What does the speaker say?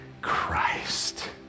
Christ